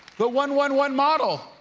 the one, one, one model.